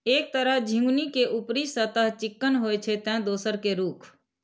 एक तरह झिंगुनी के ऊपरी सतह चिक्कन होइ छै, ते दोसर के रूख